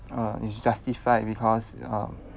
uh it's justified because um